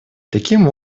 таким